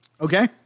Okay